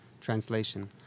translation